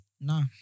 No